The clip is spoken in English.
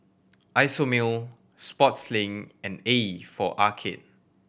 Isomil Sportslink and A for Arcade